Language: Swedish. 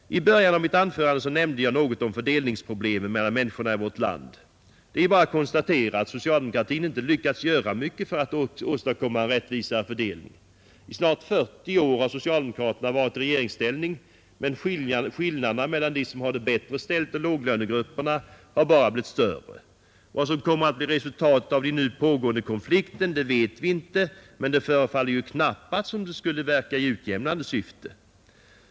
I början av mitt anförande nämnde jag något om fördelningsproblemen i vårt land. Det är ju bara att konstatera att socialdemokratin inte lyckats göra mycket för att åstadkomma en rättvisare fördelning. I snart fyrtio år har socialdemokraterna varit i regeringsställning, men skillanderna mellan dem som har det bättre ställt och låglönegrupperna har bara blivit större. Vad som kommer att bli resultatet av den nu pågående konflikten vet vi ännu inte, men det förefaller knappast som om den skulle verka i utjämnande syfte.